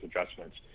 adjustments